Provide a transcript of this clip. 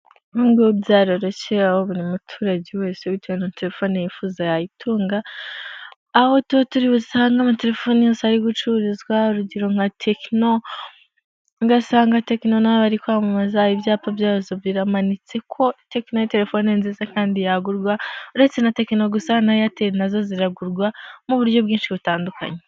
Ubu bwo byararoshye aho buri muturage wese bitewe na telefoni yifuza yayitunga, aho turi busange ama telefoni yose ari gucururizwa, urugero nka: tekino ugasanga tekino iri kwamamaza ibyapa byazo biramanitse, ko tekino ari telefone nziza kandi yagurwa, uretse na tekino gusa na eyateri nazo ziragurwa, mu buryo bwinshi butandukanye.